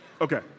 Okay